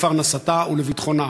לפרנסתה ולביטחונה: